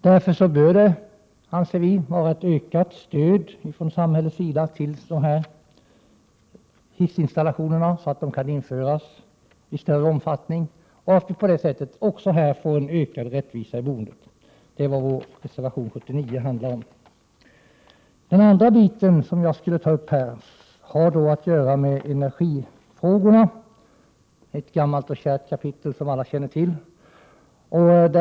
Därför bör det, anser vi, bli ett ökat stöd från samhällets sida till hissinstallationer, så att sådana kan göras i större omfattning. På det sättet blir det också en större rättvisa i boendet. Det är vad vår reservation 79 handlar om. Den andra biten har att göra med energifrågorna — ett gammalt, kärt kapitel som alla känner till.